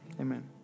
amen